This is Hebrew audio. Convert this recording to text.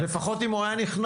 לפחות אם הוא היה נכנס,